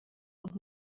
und